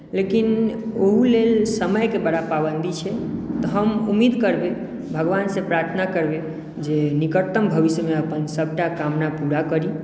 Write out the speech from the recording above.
लेकिन ओहो लेल समयके बड़ा पाबन्दी छै तऽ हम उम्मीद करबै भगवानसँ प्रार्थना करबै जे निकटतम भविष्यमे अपन सभटा कामना पूरा करी